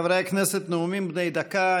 חברי הכנסת, נאומים בני דקה.